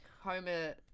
Homer